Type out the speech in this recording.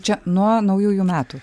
čia nuo naujųjų metų